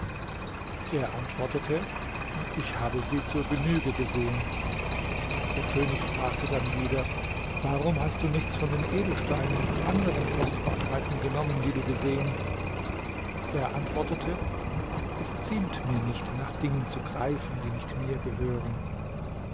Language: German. er antwortete ich habe sie zur genüge gesehen der könig fragte dann wieder warum hast du nichts von den edelsteinen und anderen kostbarkeiten genommen die du gesehen er antwortete es ziemt mir nicht nach dingen zu greifen die nicht mir gehören